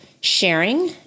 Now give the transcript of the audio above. sharing